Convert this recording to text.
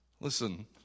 Listen